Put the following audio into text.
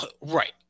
right